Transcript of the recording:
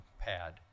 pad